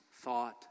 thought